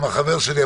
גם החבר שלי,